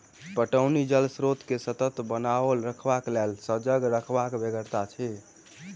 पटौनी जल स्रोत के सतत बनओने रखबाक लेल सजग रहबाक बेगरता अछि